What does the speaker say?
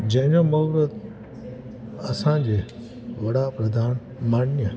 जंहिंजो महूरत असांजे वॾा प्रधान मान्य